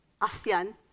ASEAN